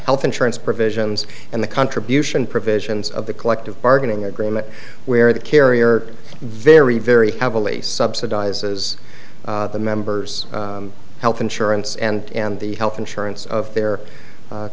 health insurance provisions and the contribution provisions of the collective bargaining agreement where the carrier very very heavily subsidizes the members health insurance and and the health insurance of their